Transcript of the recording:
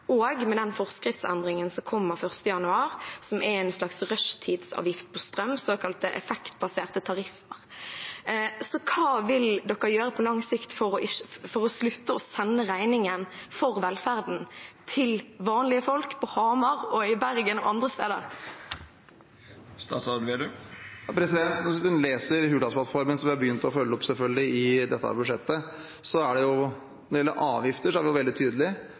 og med den forskriftsendringen som kommer 1. januar, som er en slags rushtidsavgift på strøm – såkalte effektbaserte tariffer. Hva vil gjøres på lang sikt for å slutte å sende regningen for velferden til vanlige folk på Hamar, i Bergen og andre steder? Hvis en leser Hurdalsplattformen, som vi selvfølgelig har begynt å følge opp i dette budsjettet, er vi når det gjelder avgifter, veldig tydelige på at vi er veldig